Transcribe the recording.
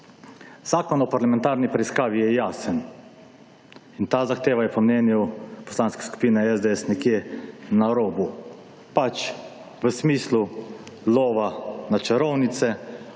Zakon o parlamentarni preiskavi je jasen in ta zahteva je po mnenju Poslanske skupine SDS nekje na robu, pač v smislu lova na čarovnice